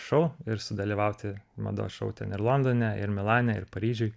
šou ir sudalyvauti mados šou ten ir londone ir milane ir paryžiuj